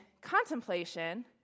contemplation